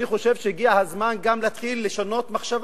אני חושב שהגיע הזמן להתחיל לשנות מחשבה.